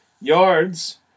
Yards